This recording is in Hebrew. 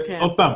ועוד פעם,